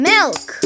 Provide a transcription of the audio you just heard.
Milk